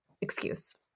excuse